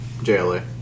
JLA